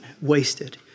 wasted